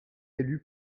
élu